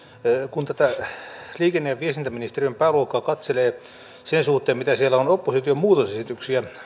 kun tätä liikenne ja viestintäministeriön pääluokkaa katselee sen suhteen mitä siellä on opposition muutosesityksiä